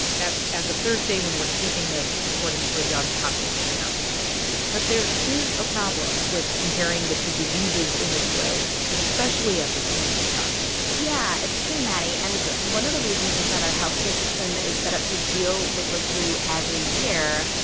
that's as of thursday when we're taping this, according to a johns hopkins count but there is a problem with comparing the two diseases in this way, especially at this point in time yeah. it's true, maddie. and one of the reasons is that our health care system is set up to deal with the flu every year,